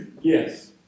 yes